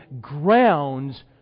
grounds